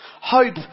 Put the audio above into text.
Hope